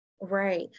Right